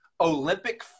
Olympic